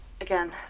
again